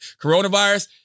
coronavirus